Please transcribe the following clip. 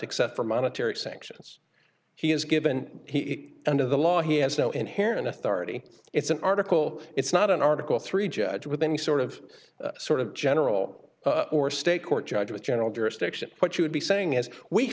except for monetary sanctions he has given he under the law he has no inherent authority it's an article it's not an article three judge with any sort of sort of general or state court judge with general jurisdiction what you would be saying is we